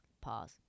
Pause